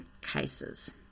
cases